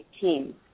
team